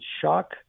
shock